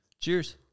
Cheers